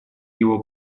его